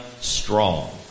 strong